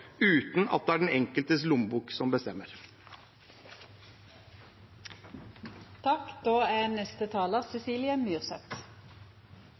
uten at det er den enkeltes lommebok som